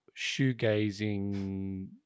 shoegazing